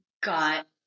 got